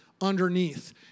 underneath